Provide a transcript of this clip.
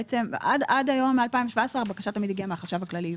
בעצם עד היום מ- 2017 הבקשה תמיד הגיעה מהחשב הכללי,